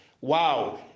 Wow